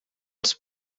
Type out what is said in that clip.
als